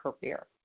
career